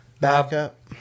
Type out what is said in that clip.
Backup